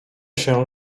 się